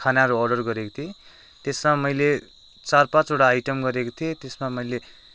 खानाहरू अर्डर गरेको थिएँ त्यसमा मैले चार पाँचवटा आइटम गरेको थिएँ त्यसमा मैले